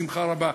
בשמחה רבה.